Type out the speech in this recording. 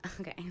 okay